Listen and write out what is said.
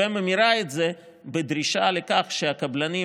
וממירה את זה בדרישה לכך שהקבלנים,